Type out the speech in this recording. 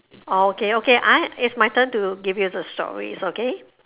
orh okay okay I is my turn to give you the stories okay